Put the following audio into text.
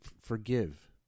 forgive